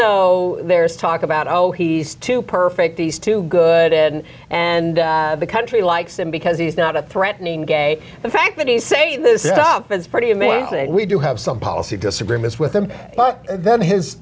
though there is talk about oh he's too perfect these two good and the country likes him because he's not a threatening gay the fact that he's saying this is tough it's pretty a man and we do have some policy disagreements with him but then his